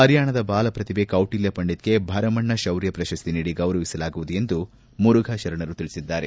ಪರ್ಕಾಣದ ಬಾಲಪ್ರತಿಭೆ ಕೌಟಿಲ್ಯ ಪಂಡಿತ್ ಗೆ ಭರಮಣ್ಣ ಶೌರ್ಯ ಪ್ರಶಸ್ತಿ ನೀಡಿ ಗೌರವಿಸಲಾಗುವುದು ಎಂದು ಮುರುಫಾ ಶರಣರು ತಿಳಿಸಿದರು